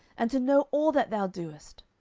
and to know all that thou doest.